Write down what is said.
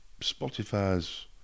Spotify's